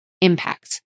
impacts